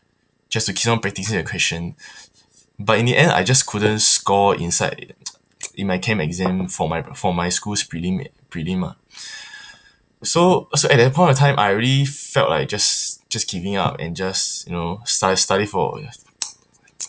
just to keep on practising the question but in the end I just couldn't score inside in my chem exam for my for my school's prelimi~ prelim uh so so at that point of time I already felt like just just giving up and just you know stu~ study for